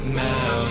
now